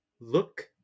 Look